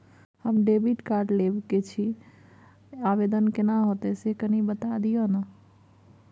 हम debit card लेब के छि, आवेदन केना होतै से कनी बता दिय न?